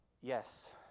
Yes